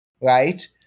right